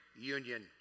union